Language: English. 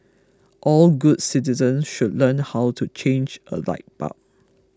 all good citizens should learn how to change a light bulb